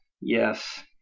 Yes